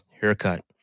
haircut